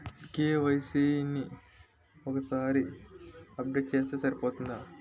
KYC ని ఒక్కసారి update చేస్తే సరిపోతుందా?